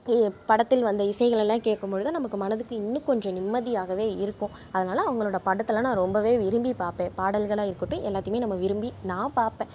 படத்தில் வந்த இசைகளைல்லாம் கேட்கும்பொழுது நமக்கு மனதுக்கு இன்னும் கொஞ்சம் நிம்மதியாகவே இருக்கும் அதனால் அவங்களோட படத்தைலாம் நான் ரொம்ப விரும்பி பார்ப்பேன் பாடல்களாக இருக்கட்டும் எல்லாத்தையும் நம்ம விரும்பி நான் பாப்பேன்